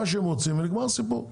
כמה שהם רוצים ונגמר הסיפור.